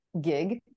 gig